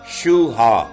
Shuha